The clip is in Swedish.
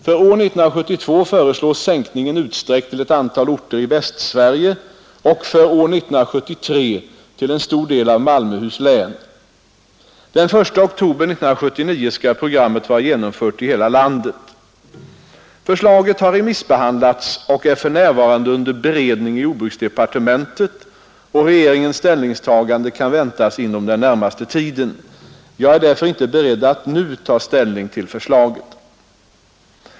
För år 1972 föreslås sänkningen utsträckt till ett antal orter i Västsverige och för år 1973 till en stor del av Malmöhus län. Den 1 oktober 1979 skall programmet vara genomfört i hela landet. Förslaget har remissbehandlats och är för närvarande under beredning i jordbruksdepartementet, och regeringens ställningstagande kan väntas inom den närmaste tiden. Jag är därför inte beredd att nu ta ställning till förslaget.